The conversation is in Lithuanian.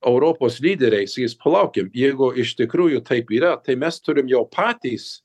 europos lyderiais jis palaukim jeigu iš tikrųjų taip yra tai mes turim jau patys